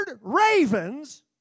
ravens